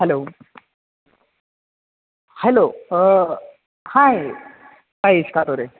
hello hello आहे काय इश का तो रे